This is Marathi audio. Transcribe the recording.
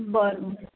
बरं